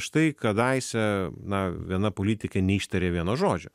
štai kadaise na viena politikė neištarė vieno žodžio